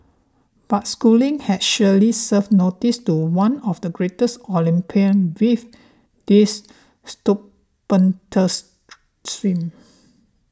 but Schooling has surely served notice to one of the greatest Olympian with this stupendous swim